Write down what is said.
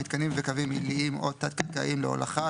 מתקנים וקווים עיליים או תת-קרקעיים להולכה,